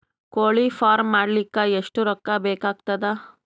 ಕೋಳಿ ಫಾರ್ಮ್ ಮಾಡಲಿಕ್ಕ ಎಷ್ಟು ರೊಕ್ಕಾ ಬೇಕಾಗತದ?